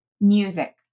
music